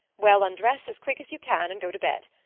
well, undress as quick as you can and go to bed.